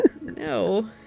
No